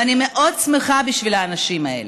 אני מאוד שמחה בשביל האנשים האלה,